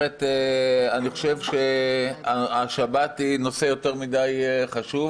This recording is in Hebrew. אני חושב שהשבת היא נושא יותר מדי חשוב,